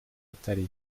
atariyo